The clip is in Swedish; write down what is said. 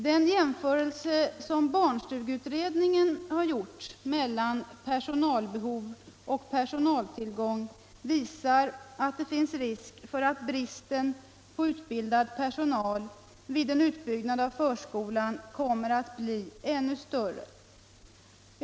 Den jämförelse som barnstugeutredningen har gjort mellan personalbehov och personaltillgång visar att det finns risk för att bristen på utbildad personal vid en utbyggnad av förskolan kommer att bli ännu större.